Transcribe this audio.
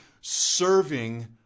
serving